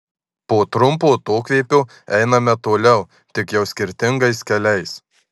po trumpo atokvėpio einame toliau tik jau skirtingais keliais